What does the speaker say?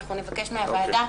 אנחנו נבקש מן הוועדה,